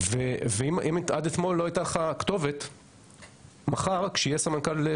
עוצמה לנהל את התהליך מקצה לקצה ולהגדיר